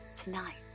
Tonight